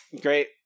Great